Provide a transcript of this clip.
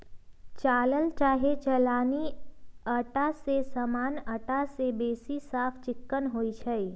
चालल चाहे चलानी अटा जे सामान्य अटा से बेशी साफ चिक्कन होइ छइ